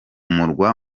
murwa